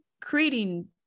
creating